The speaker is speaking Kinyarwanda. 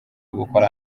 gukora